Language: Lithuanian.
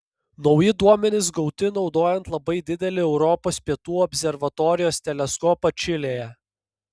nauji duomenys gauti naudojant labai didelį europos pietų observatorijos teleskopą čilėje